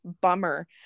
bummer